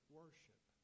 worship